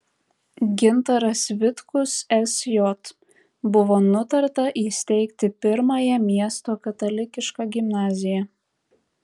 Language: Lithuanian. gintaras vitkus sj buvo nutarta įsteigti pirmąją miesto katalikišką gimnaziją